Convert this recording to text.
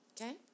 Okay